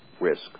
risk